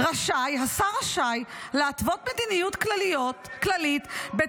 "השר רשאי להתוות מדיניות כללית ----- מדיניות לא חוקית,